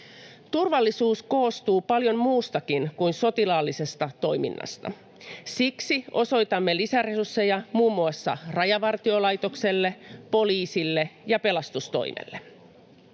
Turvallisuus koostuu paljon muustakin kuin sotilaallisesta toiminnasta. Siksi osoitamme lisäresursseja muun muassa Rajavartiolaitokselle, poliisille ja pelastustoimelle.